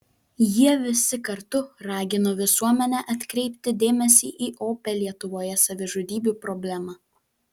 jie visi kartu ragino visuomenę atkreipti dėmesį į opią lietuvoje savižudybių problemą